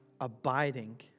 abiding